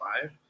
five